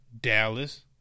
Dallas